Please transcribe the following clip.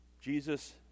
Jesus